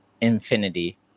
infinity